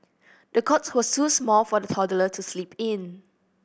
the cot was too small for the toddler to sleep in